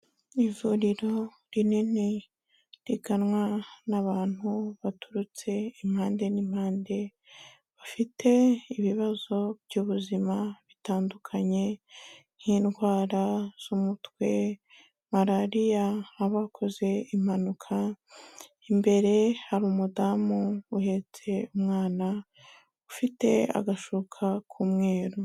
Ivuriro rinini riganwa n'abantu baturutse impande n'impande bafite ibibazo by'ubuzima bitandukanye, nk'indwara z'umutwe malariya abakoze impanuka imbere hari umudamu uhetse umwana ufite agashuka k'umweru.